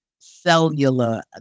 cellular